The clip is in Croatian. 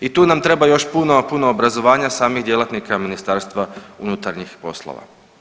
I tu nam treba još puno, puno obrazovanja samih djelatnika Ministarstva unutarnjih poslova.